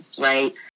right